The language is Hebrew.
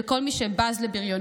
של כל מי שבז לבריונות.